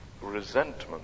resentment